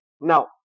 Now